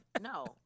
no